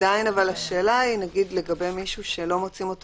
עדיין השאלה לגבי מישהו שמוצאים אותו